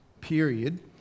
period